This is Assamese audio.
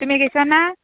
তুমি গেইছ' না